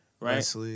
Right